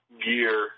gear